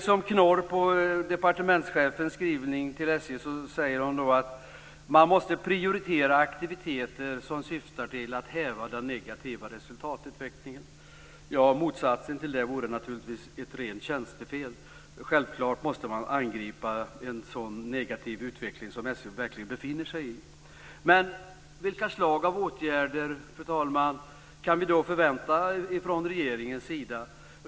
Som knorr på skrivelsen till SJ anger departementschefen att man måste prioritera aktiviteter som syftar till att häva den negativa resultatutvecklingen. Motsatsen till det vore naturligtvis ett rent tjänstefel. Självfallet måste man angripa en så negativ utveckling som den som SJ befinner sig i. Vika slag av åtgärder, fru talman, kan vi då förvänta oss från regeringens sida?